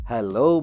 Hello